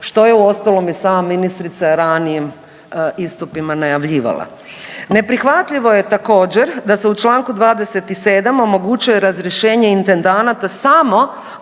što je u ostalom i sama ministrica ranijim istupima najavljivala. Neprihvatljivo je također da se u čl. 27. omogućuje razrješenje intendanata samo